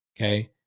okay